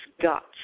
guts